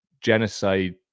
genocide